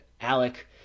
Alec